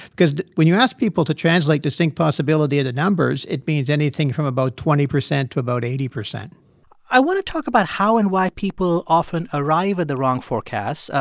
because when you ask people to translate distinct possibility into numbers, it means anything from about twenty percent to about eighty percent i want to talk about how and why people often arrive at the wrong forecasts.